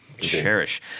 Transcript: cherish